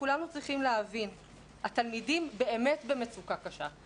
כולנו צריכים להבין שהתלמידים באמת במצוקה קשה.